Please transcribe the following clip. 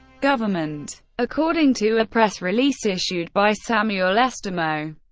government. according to a press release issued by samuel estimo,